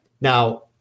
Now